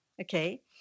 Okay